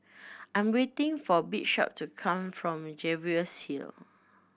I'm waiting for Bishop to come from Jervois Hill